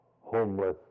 homeless